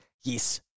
Yes